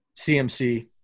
CMC